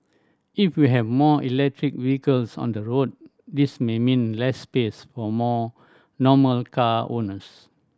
if we have more electric vehicles on the road this may mean less space for more normal car owners